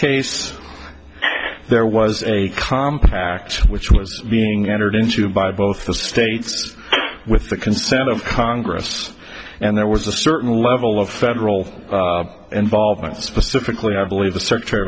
case there was a compact which was being entered into by both the states with the consent of congress and there was a certain level of federal involvement specifically i believe the search